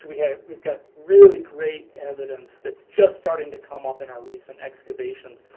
we've we've got really great evidence that's just starting to come up in our recent excavation.